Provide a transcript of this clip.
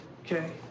Okay